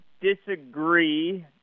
disagree